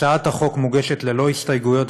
הצעת החוק מוגשת ללא הסתייגויות,